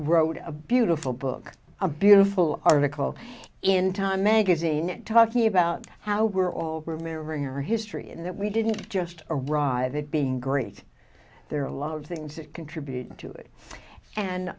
a beautiful book a beautiful article in time magazine talking about how we're all remembering or history in that we didn't just arrive it being great there are a lot of thing to contribute to it and